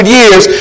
years